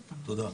תודה.